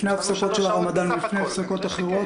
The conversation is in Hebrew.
לפני הפסקות של הרמדאן ולפני הפסקות אחרות.